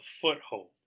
foothold